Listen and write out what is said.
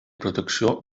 protecció